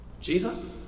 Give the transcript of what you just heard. Jesus